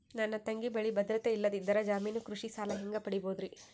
ನನ್ನ ತಂಗಿ ಬಲ್ಲಿ ಭದ್ರತೆ ಇಲ್ಲದಿದ್ದರ, ಜಾಮೀನು ಕೃಷಿ ಸಾಲ ಹೆಂಗ ಪಡಿಬೋದರಿ?